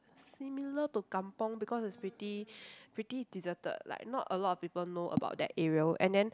similar to kampung because it's pretty pretty deserted like not a lot of people know about that area and then